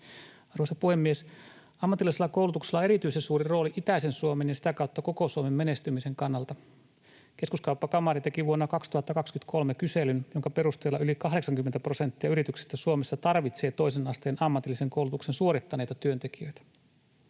Arvoisa puhemies! Ammatillisella koulutuksella on erityisen suuri rooli itäisen Suomen ja sitä kautta koko Suomen menestymisen kannalta. Keskuskauppakamari teki vuonna 2023 kyselyn, jonka perusteella yli 80 prosenttia yrityksistä Suomessa tarvitsee toisen asteen ammatillisen koulutuksen suorittaneita työntekijöitä.